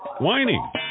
whining